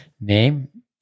name